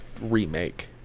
remake